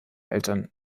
eltern